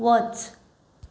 वच